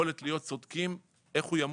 יכולת להיות צודקים איך הוא ימות,